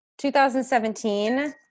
2017